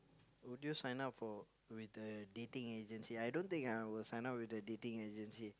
would you sign up for with the dating agency I don't think I will sign up with the dating agency